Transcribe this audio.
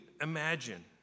imagine